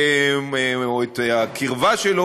או בקרבתו,